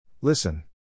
Listen